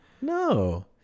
no